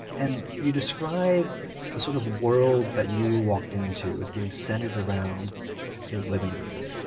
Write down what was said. and you describe the sort of world that you walked into as being centered around his living room.